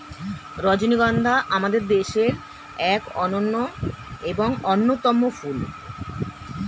রজনীগন্ধা আমাদের দেশের এক অনন্য এবং অন্যতম ফুল